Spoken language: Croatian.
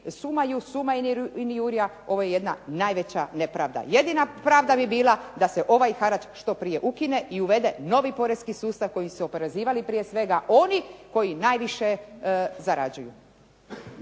se ne razumije./… ovo je jedna najveća nepravda. Jedina pravda bi bila da se ovaj harač što prije ukine i uvede novi poreski sustav koji su oporezivali prije svega oni koji najviše zarađuju.